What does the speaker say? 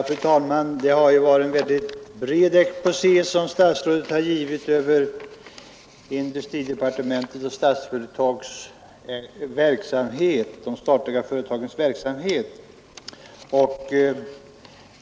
Fru talman! Statsrådet har givit en väldigt bred exposé över industridepartementets och de statliga företagens verksamhet.